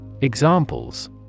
Examples